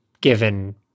given